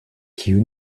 kiun